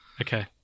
okay